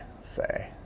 say